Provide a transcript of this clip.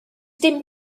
dim